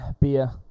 Beer